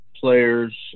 players